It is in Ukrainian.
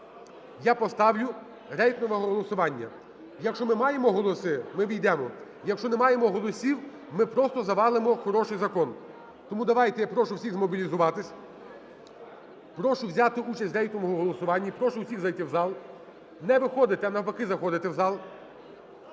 Я поставлю рейтингове голосування. Якщо ми маємо голоси, ми увійдемо. Якщо не маємо голосів, ми просто завалимо хороший закон. Тому давайте, я прошу всіх змобілізуватись. Прошу взяти участь у рейтинговому голосуванні. Прошу всіх зайти у зал, не виходити, а навпаки заходити в зал.